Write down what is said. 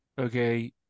okay